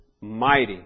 mighty